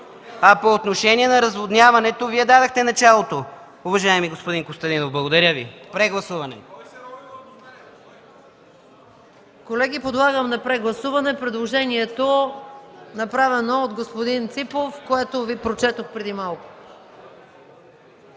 По отношение на разводняването – Вие дадохте началото, уважаеми господин Костадинов. Благодаря. Прегласуване! ПРЕДСЕДАТЕЛ МАЯ МАНОЛОВА: Колеги, подлагам на прегласуване предложението, направено от господин Ципов, което Ви прочетох преди малко.